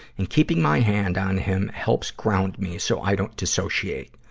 and keeping my hand on him helps ground me so i don't dissociate.